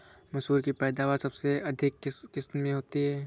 मसूर की पैदावार सबसे अधिक किस किश्त में होती है?